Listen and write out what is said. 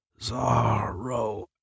Zorro